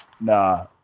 Nah